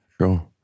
Sure